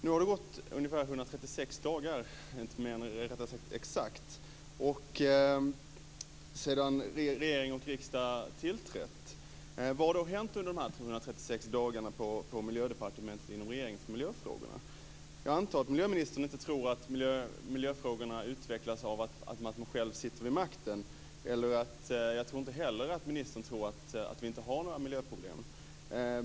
Det har nu gått 136 dagar sedan regeringen tillträdde. Vad har hänt i regeringen och Miljödepartementet under de här 136 dagarna? Jag antar att miljöministern inte tror att miljöfrågorna utvecklas av att man själv sitter vid makten. Jag tror inte heller att ministern menar att vi inte har några miljöproblem.